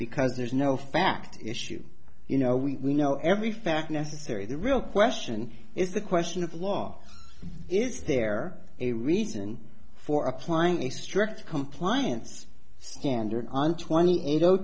because there's no fact issue you know we know every fact necessary the real question is the question of law is there a reason for applying a strict compliance standard on twenty eight o